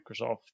Microsoft